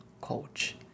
coach